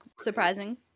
surprising